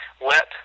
wet